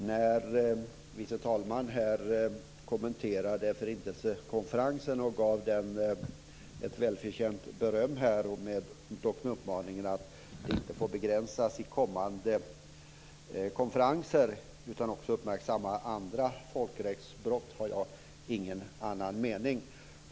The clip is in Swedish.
Herr talman! När andre vice talmannen kommenterar Förintelsekonferensen och ger den välförtjänt beröm, dock med uppmaningen att inte begränsa kommande konferenser utan också uppmärksamma andra folkrättsbrott, har jag ingen annan mening.